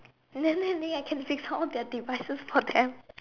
and then they think I can fix all their devices for them